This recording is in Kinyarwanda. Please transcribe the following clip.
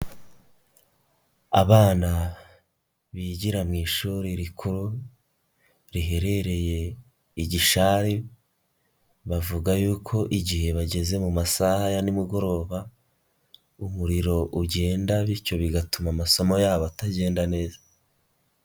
Abana, bigira mu ishuri rikuru, riherereye i Gishari, bavuga yuko igihe bageze mu masaha ya nimugoroba, umuriro ugenda bityo bigatuma amasomo yabo atagenda neza.